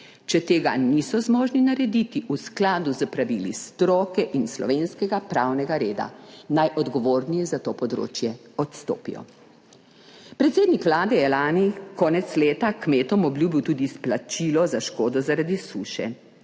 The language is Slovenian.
Če tega niso zmožni narediti v skladu s pravili stroke in slovenskega pravnega reda naj odgovorni za to področje odstopijo. Predsednik vlade je lani konec leta kmetom obljubil tudi izplačilo za škodo zaradi suše.